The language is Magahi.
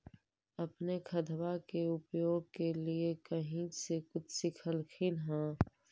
अपने खादबा के उपयोग के लीये कही से कुछ सिखलखिन हाँ?